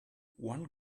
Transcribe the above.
one